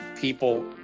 people